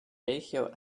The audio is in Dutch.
regio